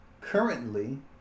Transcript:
Currently